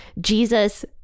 Jesus